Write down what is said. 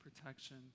protection